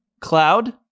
Cloud